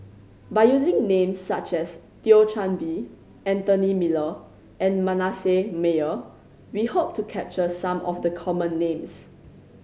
by using names such as Thio Chan Bee Anthony Miller and Manasseh Meyer we hope to capture some of the common names